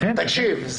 תקשיב,